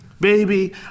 Baby